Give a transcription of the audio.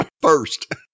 first